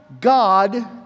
God